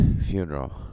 funeral